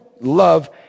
love